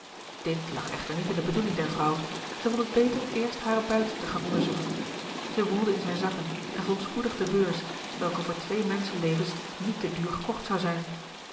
dit lag echter niet in de bedoeling der vrouw zij vond het beter eerst haren buit te gaan onderzoeken zij woelde in zijne zakken en vond spoedig de beurs welke voor twee menschenlevens niet te duur gekocht zou zijn